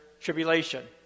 tribulation